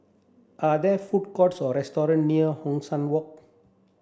are there food courts or restaurant near Hong San Walk